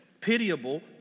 pitiable